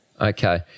Okay